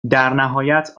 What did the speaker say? درنهایت